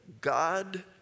God